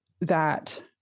that-